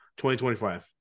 2025